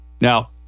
Now